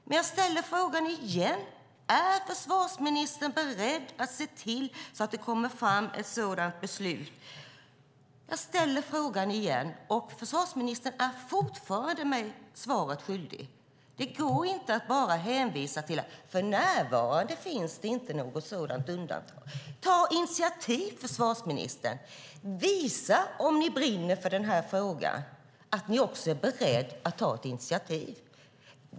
Men jag ställer frågan igen: Är försvarsministern beredd att se till att det fattas ett sådant beslut? Försvarsministern är fortfarande mig svaret skyldig. Det går inte att bara hänvisa till att det för närvarande inte finns något sådant undantag. Ta initiativ, försvarsministern! Om ni brinner för frågan, visa att ni också är beredd att ta ett initiativ!